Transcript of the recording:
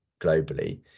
Globally